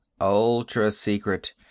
ultra-secret